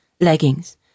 leggings